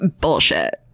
bullshit